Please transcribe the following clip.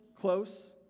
close